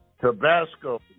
Tabasco